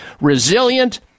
resilient